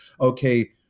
okay